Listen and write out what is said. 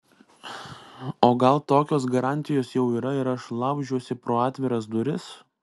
o gal tokios garantijos jau yra ir aš laužiuosi pro atviras duris